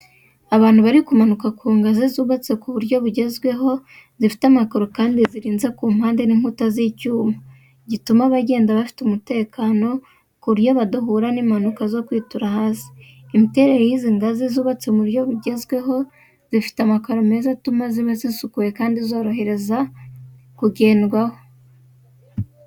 Abantu bari bamanuka ku ngazi zubatse ku buryo bugezweho, zifite amakaro kandi zirinze ku mpande n’inkuta z'icyuma gituma abagenda bafite umutekano ku buryo badahura n'impanuka zo kwitura hasi. Imiterere y’izi ngazi zubatse mu buryo bugezweho zifite amakaro meza atuma ziba zisukuye kandi zorohereza kugendwaho.